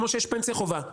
כמו שיש פנסיה חובה,